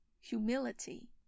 humility